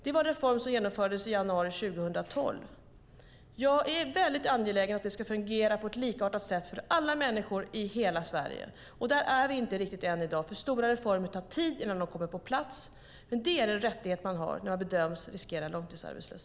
Det var en reform som genomfördes i januari 2012. Jag är mycket angelägen om att det ska fungera på ett likartat sätt för alla människor i hela Sverige. Där är vi inte riktigt ännu, för stora reformer tar tid innan de kommer på plats. Det är dock en rättighet man har när man bedöms riskera att bli långtidsarbetslös.